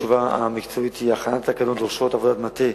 התשובה המקצועית היא: הכנת התקנות דורשת עבודת מטה,